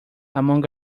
among